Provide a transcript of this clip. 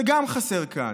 שגם הוא חסר כאן,